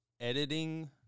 editing